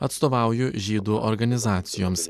atstovauju žydų organizacijoms